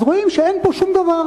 אז רואים שאין פה שום דבר: